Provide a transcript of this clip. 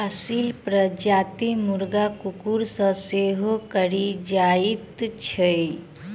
असील प्रजातिक मुर्गा कुकुर सॅ सेहो लड़ि जाइत छै